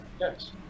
yes